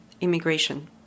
immigration